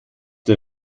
der